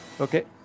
okay